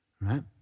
right